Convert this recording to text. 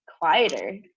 quieter